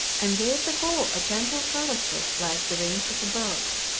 and gave the whole a gentle curvature like the wings of a bird.